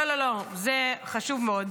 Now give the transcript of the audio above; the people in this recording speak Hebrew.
לא לא לא, זה חשוב מאוד: